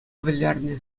вӗлернӗ